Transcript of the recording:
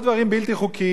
כולנו יודעים שזה לא